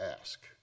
ask